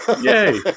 Yay